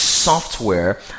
software